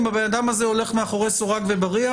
אם האדם הזה יהיה מאחורי סורג ובריח,